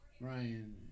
Ryan